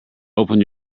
open